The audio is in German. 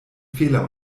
fehler